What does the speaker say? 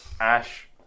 Ash